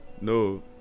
no